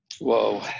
Whoa